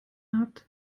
habt